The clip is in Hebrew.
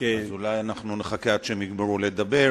אז אולי נחכה עד שיגמרו לדבר